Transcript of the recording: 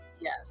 Yes